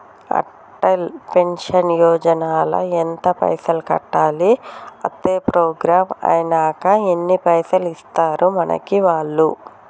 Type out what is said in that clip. Atal pension Yojana ల ఎంత పైసల్ కట్టాలి? అత్తే ప్రోగ్రాం ఐనాక ఎన్ని పైసల్ ఇస్తరు మనకి వాళ్లు?